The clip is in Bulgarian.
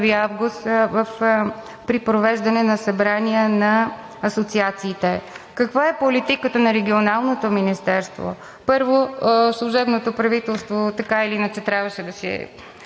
август при провеждане на събрания на асоциациите. Каква е политиката на Регионалното министерство? Първо, служебното правителство така или иначе трябваше да се